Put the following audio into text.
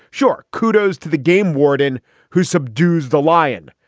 sure. kudos to the game warden who subdues the lion.